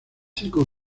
cinco